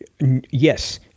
Yes